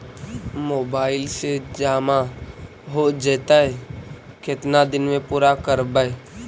Mobile से जामा हो जैतय, केतना दिन में पुरा करबैय?